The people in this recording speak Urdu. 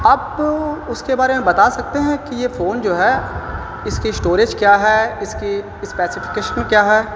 آپ اس کے بارے میں بتا سکتے ہیں کہ یہ فون جو ہے اس کی اسٹوریج کیا ہے اس کی اسپیسیفیکیشن میں کیا ہے